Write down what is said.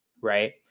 right